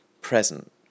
present